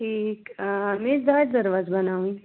ٹھیٖک آ مےٚ ٲس دَارِ دروازٕ بَناوٕنۍ